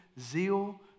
Zeal